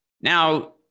Now